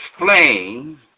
Explain